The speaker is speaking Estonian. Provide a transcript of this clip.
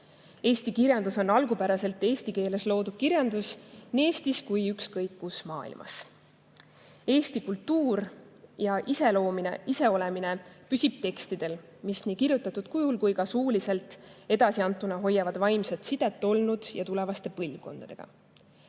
Eesti kirjandus on algupäraselt eesti keeles loodud kirjandus nii Eestis kui ka ükskõik kus maailmas. Eesti kultuur ja iseolemine püsib tekstidel, mis nii kirjutatud kujul kui ka suuliselt edasiantuna hoiavad vaimset sidet olnud ja tulevaste põlvkondadega.